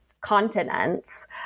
continents